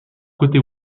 côté